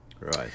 Right